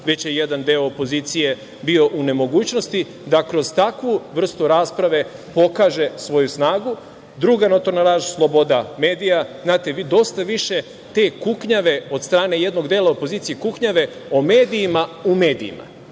već je jedan deo opozicije bio u nemogućnosti da kroz takvu vrstu rasprave pokaže svoju snagu. Druga notorna laž, sloboda medija. Znate, vi dosta više te kuknjave od strane jednog dela opozicije, kuknjave o medijima u medijima.